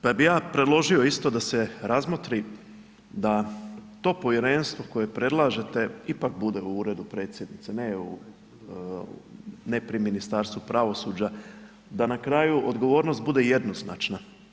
Pa bih ja predložio isto da se razmotri da to povjerenstvo koje predlažete ipak bude u Uredu predsjednice, ne u, ne pri Ministarstvu pravosuđa, da na kraju odgovornost bude jednoznačna.